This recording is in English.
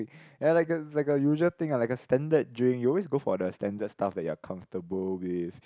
ya like a is like a usual thing ah like a standard drink you always go for the standard stuff that you are comfortable with